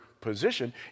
position